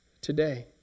today